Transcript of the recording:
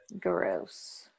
Gross